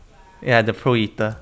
ya the pro eater